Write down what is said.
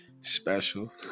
special